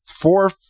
four